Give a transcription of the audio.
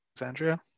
Alexandria